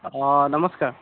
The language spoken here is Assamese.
অ নমস্কাৰ